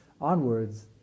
onwards